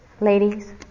Ladies